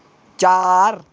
चार